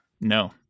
No